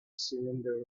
cylinder